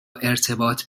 ارتباط